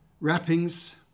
wrappings